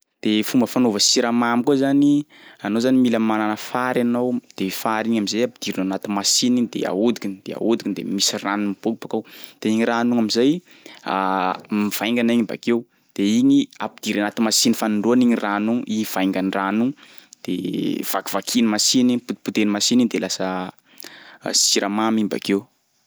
De fomba fanaova siramamy koa zany, anao zany mila manana fary anao de fary igny am'zay ampidirina anaty machiny igny de ahodikiny de ahodikiny de misy rano miboaky bakao de igny rano igny am'zay mivaingana igny bakeo de igny ampidirina agnaty machiny fanindroany igny rano io i vaingan-drano io de vakivakian'ny machiny igny, potipotehan'ny machiny igny de lasa a- siramamy iny bakeo.